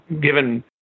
given